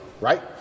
right